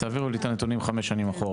תעבירו לי את כל הנתונים חמש שנים אחורה.